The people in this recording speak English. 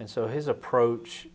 and so his approach